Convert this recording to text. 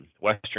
Western